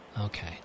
Okay